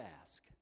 ask